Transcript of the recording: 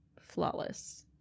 flawless